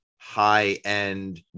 high-end